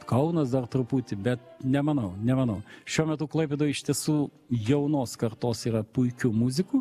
kaunas dar truputį bet nemanau nemanau šiuo metu klaipėdoj iš tiesų jaunos kartos yra puikių muzikų